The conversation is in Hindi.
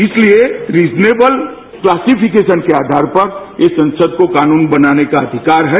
इसलिए रिजनेबल क्लीसिफिकेशन के आधार पर ये संसद को कानून बनाने का अधिकार है